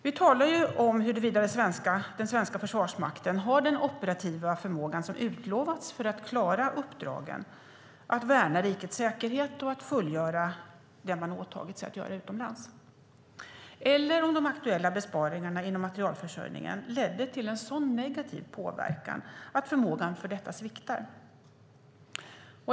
Vi talar ju om huruvida den svenska Försvarsmakten har den operativa förmåga som utlovats för att klara uppdraget att värna rikets säkerhet och att fullgöra det man åtagit sig att göra utomlands, eller om de aktuella besparingarna inom materielförsörjningen ledde till en så negativ påverkan att förmågan för detta sviktar.